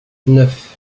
neuf